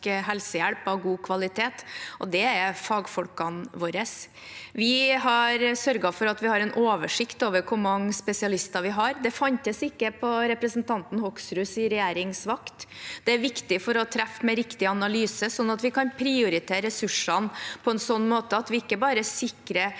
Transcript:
helsehjelp av god kvalitet, fagfolkene våre, er noe vi ser på. Vi har sørget for at vi har en oversikt over hvor mange spesialister vi har. Det fantes ikke da representanten Hoksruds parti hadde regjeringsvakt. Det er viktig for å treffe med riktig analyse og kunne prioritere ressursene på en slik måte at vi ikke bare sikrer